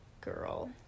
Girl